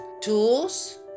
tools